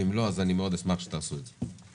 ואם לא, אני מאוד אשמח שתעשו את זה.